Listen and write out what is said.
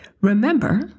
Remember